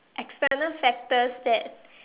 external factors that